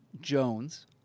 Jones